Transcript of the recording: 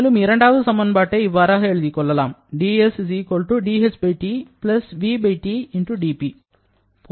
மேலும் இரண்டாவது சமன்பாட்டை இவ்வாறாக எழுதிக் கொள்ளலாம்